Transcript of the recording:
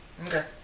Okay